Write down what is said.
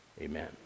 amen